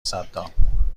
صدام